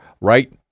Right